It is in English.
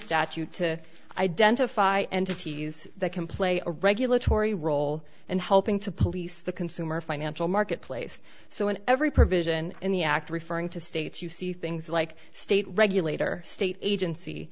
statute to identify entities that can play a regulatory role in helping to police the consumer financial marketplace so in every provision in the act referring to states you see things like state regulator state agency